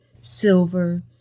silver